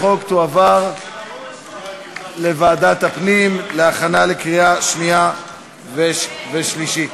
חברת הכנסת רויטל סויד, שלוש דקות לרשותך.